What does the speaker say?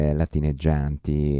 latineggianti